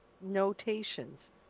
notations